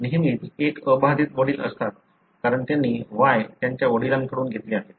नेहमीच एक अबाधित वडील असतात कारण त्यांनी Y त्यांच्या वडिलांकडून घेतले आहेत